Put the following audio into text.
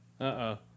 Uh-oh